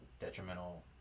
detrimental